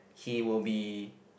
he will be